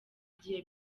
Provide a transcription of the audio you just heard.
igihe